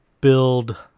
build